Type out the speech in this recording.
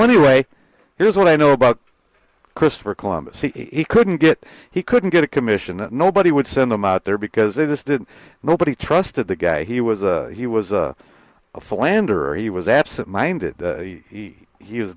anyway here's what i know about christopher columbus he couldn't get he couldn't get a commission that nobody would send them out there because they just didn't know but he trusted the guy he was he was a philanderer he was absent minded he